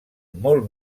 molt